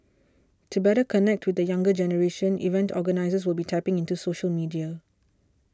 to better connect with the younger generation event organisers will be tapping into social media